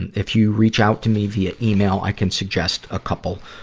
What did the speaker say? and if you reach out to me via email, i can suggest a couple,